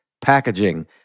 packaging